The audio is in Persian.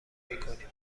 نمیکنیم